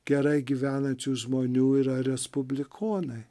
gerai gyvenančių žmonių yra respublikonai